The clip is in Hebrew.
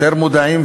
יותר מודעים,